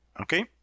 Okay